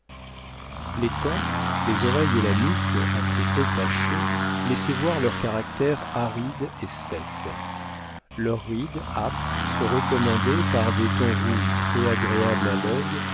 les tempes les oreilles et la nuque assez peu cachées laissaient voir leur caractère aride et sec leurs rides âpres se recommandaient par des tons rouges peu agréables à l'œil